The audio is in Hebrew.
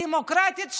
דמוקרטית,